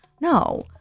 no